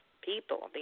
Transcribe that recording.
people